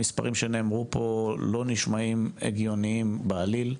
המספרים שנאמרו פה לא נשמעים הגיוניים בעליל.